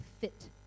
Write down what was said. fit